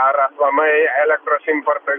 ar aplamai elektros importo